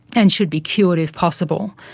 and should be cured if possible.